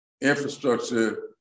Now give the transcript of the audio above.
Infrastructure